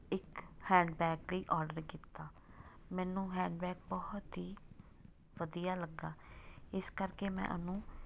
ਇੱਕ handbag ਲਈ order ਕੀਤਾ ਮੈਨੂੰ ਹੈਂਡ ਬੈਗ ਬਹੁਤ ਹੀ ਵਧੀਆ ਲੱਗਿਆ ਇਸ ਕਰਕੇ ਮੈਂ ਉਹਨੂੰ